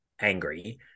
angry